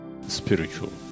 spiritual